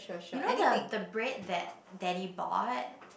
you know the the bread that daddy bought